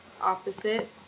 opposite